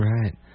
Right